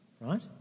right